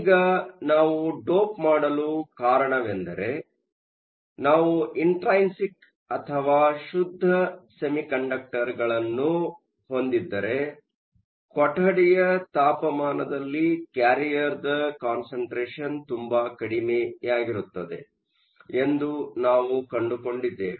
ಈಗ ನಾವು ಡೋಪ್ ಮಾಡಲು ಕಾರಣವೆಂದರೆ ನಾವು ಇಂಟ್ರೈನ್ಸಿಕ್ ಅಥವಾ ಶುದ್ಧ ಸೆಮಿಕಂಡಕ್ಟರ್ ಅನ್ನು ಹೊಂದಿದ್ದರೆ ಕೊಠಡಿಯ ತಾಪಮಾನದದಲ್ಲಿ ಕ್ಯಾರಿಯರ್ನ ಕಾನ್ಸಂಟ್ರೇಷನ್ ತುಂಬಾ ಕಡಿಮೆಯಾಗಿರುತ್ತದೆ ಎಂದು ನಾವು ಕಂಡುಕೊಂಡಿದ್ದೇವೆ